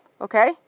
okay